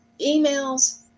emails